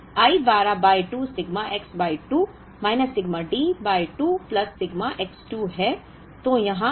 अब I 12 by 2 sigma X by 2 minus sigma D by 2 plus sigma X 2 है